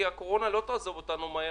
כי הקורונה לא תעזוב אותנו מהר,